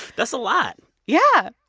that's a lot yeah.